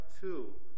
two